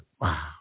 Wow